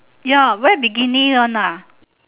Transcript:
ya wear bikini one lah